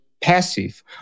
passive